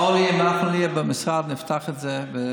אורלי, אם אנחנו נהיה במשרד, נפתח את זה.